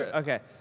ah ok.